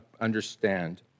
understand